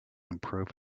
improve